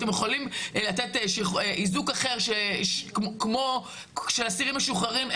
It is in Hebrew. אתם יכולים לתת איזוק אחר כמו של אסירים משוחררים,